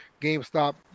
GameStop